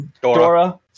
Dora